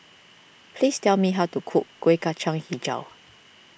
please tell me how to cook Kueh Kacang HiJau